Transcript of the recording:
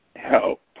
Help